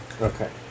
Okay